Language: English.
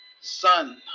Sun